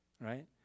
right